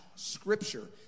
scripture